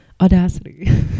audacity